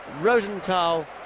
rosenthal